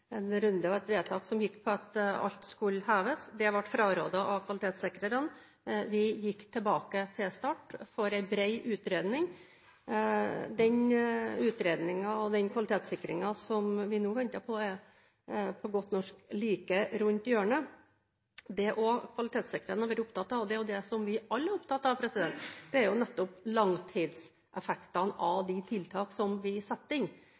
en runde – og et vedtak – som gikk på at alt skulle heves. Det ble frarådet av kvalitetssikrerne. Vi gikk tilbake til start, for en bred utredning. Den utredningen og den kvalitetssikringen som vi nå venter på, er – på godt norsk – like rundt hjørnet. Det kvalitetssikrerne har vært opptatt av, og det er jo det vi alle er opptatt av, er nettopp langtidseffektene av de tiltak som vi setter inn.